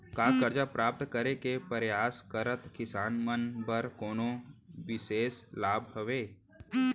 का करजा प्राप्त करे के परयास करत किसान मन बर कोनो बिशेष लाभ हवे?